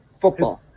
Football